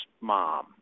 mom